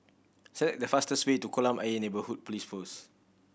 select the fastest way to Kolam Ayer Neighbourhood Police Post